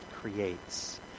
creates